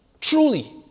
Truly